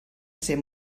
ser